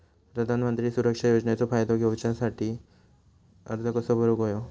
प्रधानमंत्री सुरक्षा योजनेचो फायदो घेऊच्या खाती अर्ज कसो भरुक होयो?